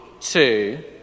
two